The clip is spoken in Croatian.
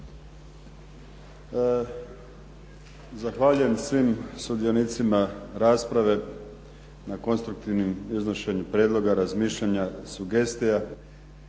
Zahvaljujem svim sudionicima rasprave na konstruktivnom iznošenju prijedloga razmišljanja, sugestija.